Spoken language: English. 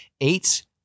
eight